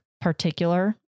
particular